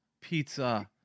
pizza